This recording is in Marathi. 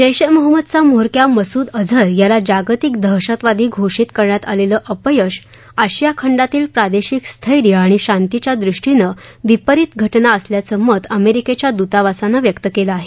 जैश ए महम्मदचा म्होरक्या मसूद अजहर याला जागतिक दहशतवादी घोषित करण्यात आलेले अपयश आशिया खंडातील प्रादेशिक स्थैर्य आणि शांतीच्या विपरित घटना असल्याचं मत अमेरिकेच्या दूतावासानं व्यक्त केलंय